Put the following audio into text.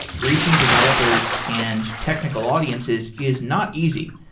reaching developers and technical audiences is not easy,